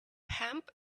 hemp